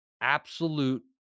absolute